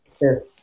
Yes